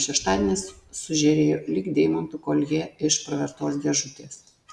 šeštadienis sužėrėjo lyg deimantų koljė iš pravertos dėžutės